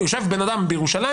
יושב בן אדם בירושלים.